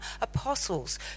apostles